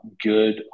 good